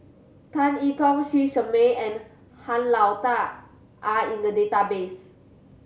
Tan I Tong Lee Shermay and Han Lao Da are in the database